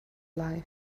life